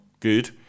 good